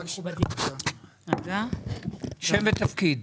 שם ותפקיד.